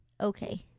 Okay